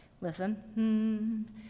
listen